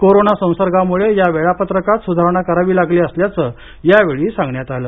corona संसर्गामुळं या वेळापत्रकात सुधारणा करावी लागली असल्याचं यावेळी सांगण्यात आलं